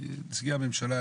כי נציגי הממשלה,